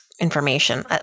information